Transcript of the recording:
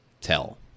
tell